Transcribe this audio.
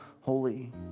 holy